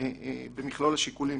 במכלול השיקולים.